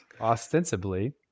ostensibly